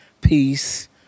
peace